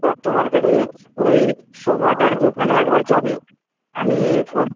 দত্ত মার্কেটে ওই শোভাদার দোকানে একবার যাবে আমি ফোন